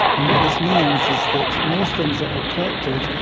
and what this means is that most things that are collected,